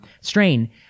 strain